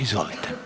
Izvolite.